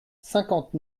cinquante